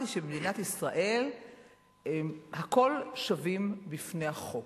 היא שבמדינת ישראל הכול שווים בפני החוק,